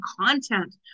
content